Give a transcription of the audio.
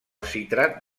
citrat